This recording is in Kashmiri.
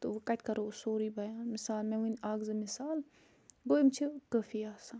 تہٕ وۄنۍ کَتہِ کَرو أسۍ سورٕے بیان مِثال مےٚ ؤنۍ اَکھ زٕ مِثال گوٚو یِم چھِ کٲفی آسان